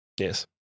Yes